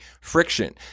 friction